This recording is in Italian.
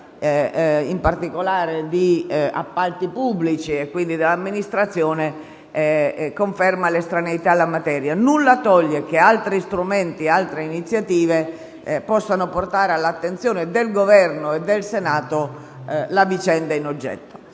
in particolare di appalti pubblici e quindi della pubblica amministrazione, l'estraneità alla materia. Nulla toglie che altri strumenti e altre iniziative possano portare all'attenzione del Governo e del Senato la vicenda in oggetto.